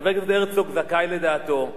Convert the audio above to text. חבר הכנסת הרצוג זכאי לדעתו,